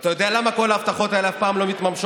ואתה יודע למה כל ההבטחות האלה אף פעם לא מתממשות?